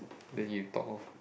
then you talk orh